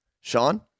Sean